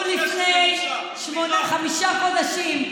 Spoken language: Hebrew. חברת כנסת מנוסה,